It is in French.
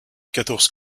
quatorze